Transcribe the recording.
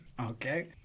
Okay